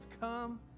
come